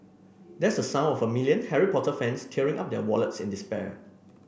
that's the sound of a million Harry Potter fans tearing up their wallets in despair